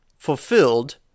fulfilled